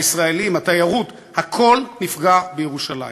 הישראלים, התיירות, הכול נפגע בירושלים.